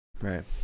Right